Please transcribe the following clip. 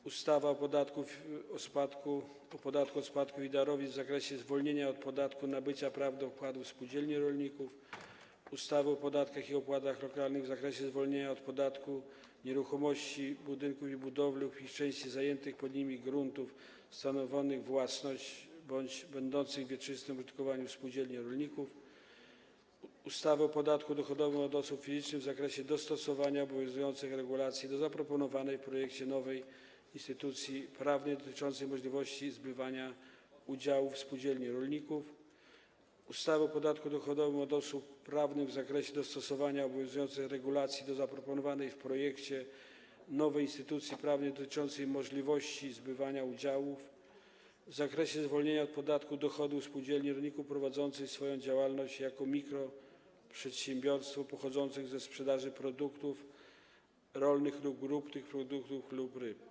W ustawie o podatku od spadków i darowizn wprowadza się zmianę w zakresie zwolnienia od podatku nabycia praw do wkładów w spółdzielni rolników, w ustawie o podatkach i opłatach lokalnych w zakresie zwolnienia od podatku nieruchomości, budynków i budowli lub ich części oraz zajętych pod nie gruntów, stanowiących własność bądź będących w wieczystym użytkowaniu spółdzielni rolników, w ustawie o podatku dochodowym od osób fizycznych w zakresie dostosowania obowiązujących regulacji do zaproponowanej w projekcie nowej instytucji prawnej dotyczącej możliwości zbywania udziałów w spółdzielni rolników, w ustawie o podatku dochodowym od osób prawnych w zakresie dostosowania obowiązujących regulacji do zaproponowanej w projekcie nowej instytucji prawnej dotyczącej możliwości zbywania udziałów, w zakresie zwolnienia od podatku dochodów spółdzielni rolników prowadzącej swoją działalność jako mikroprzedsiębiorstwo pochodzących ze sprzedaży produktów rolnych lub grup tych produktów lub ryb.